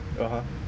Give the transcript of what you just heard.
(uh huh)